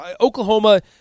Oklahoma